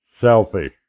Selfish